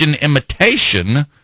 imitation